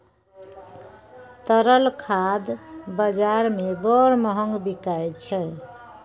तरल खाद बजार मे बड़ महग बिकाय छै